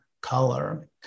color